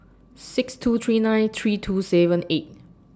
six two three nine three two seven eight